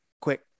quick